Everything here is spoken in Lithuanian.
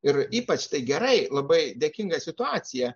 ir ypač tai gerai labai dėkinga situacija